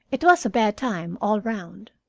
it was a bad time all round.